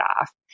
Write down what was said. off